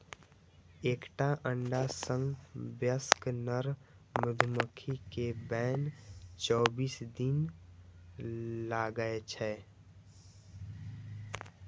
एकटा अंडा सं वयस्क नर मधुमाछी कें बनै मे चौबीस दिन लागै छै